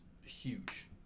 huge